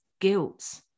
guilt